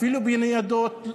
אפילו בניידות.